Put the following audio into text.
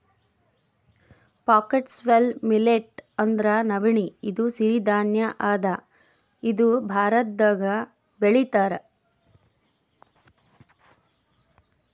foxtail millet ಅಂದ್ರ ನವಣಿ ಇದು ಸಿರಿ ಧಾನ್ಯ ಅದಾ ಇದು ಭಾರತ್ದಾಗ್ ಬೆಳಿತಾರ್